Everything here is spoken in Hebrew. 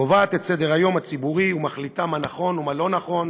קובעת את סדר-היום הציבורי ומחליטה מה נכון ומה לא נכון,